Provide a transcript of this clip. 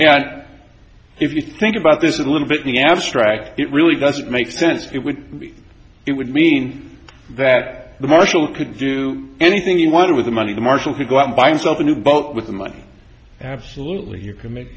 yet if you think about this a little bit in the abstract it really doesn't make sense it would be it would mean that the marshall couldn't do anything you wanted with the money the marshall to go out and buy himself a new boat with the money absolutely you